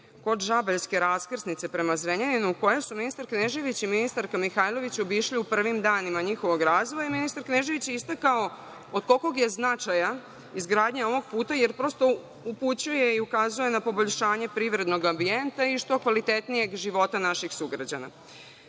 kod Žabaljske raskrsnice prema Zrenjaninu, koju su ministar Knežević i ministarka Mihajlović obišli u prvim danima njihovog razvoja. Ministar Knežević je istakao od kakvog je značaja izgradnja ovog puta, jer prosto upućuje i ukazuje na poboljšanje privrednog ambijenta i što kvalitetnijeg života naših sugrađana. Meni